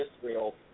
Israel